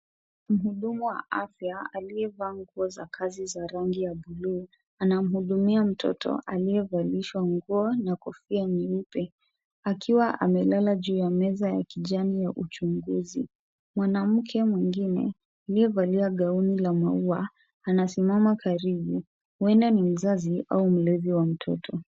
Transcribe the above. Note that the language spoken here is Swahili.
Mhudumu wa afya aliuliza maswali ya kazi za rangi ya buluu ana mhudumia mtoto aliyevalishwa nguo na kofia nyeupe akiwa amelala juu ya meza ya kijana ya uchunguzi. Mwanamke mwingine, aliyevalia gauni la maua, anasimama karibu. Huenda ni mzazi au mlezi wa mtoto.